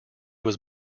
was